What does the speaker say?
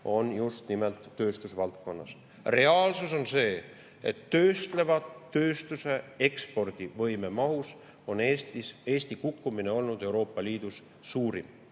on just nimelt tööstusvaldkonnas. Reaalsus on see, et töötleva tööstuse ekspordivõime mahus on Eesti kukkumine olnud Euroopa Liidus suurim.